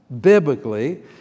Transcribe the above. biblically